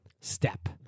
step